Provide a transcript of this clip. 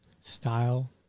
style